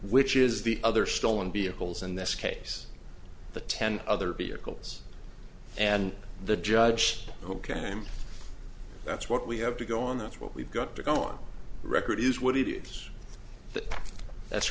which is the other stolen vehicles in this case the ten other vehicles and the judge who came that's what we have to go on that's what we've got to go on record is what it is that